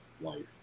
life